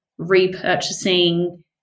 repurchasing